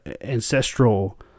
ancestral